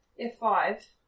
F5